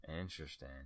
Interesting